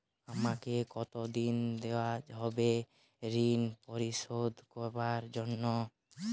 আমাকে কতদিন দেওয়া হবে ৠণ পরিশোধ করার জন্য?